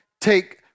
take